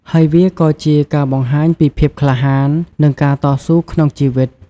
ហើយវាក៏ជាការបង្ហាញពី ភាពក្លាហាន និងការតស៊ូក្នុងជីវិត។